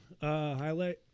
highlight